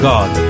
God